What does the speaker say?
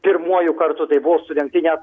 pirmuoju kartu tai buvo surengti net